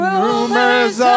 rumors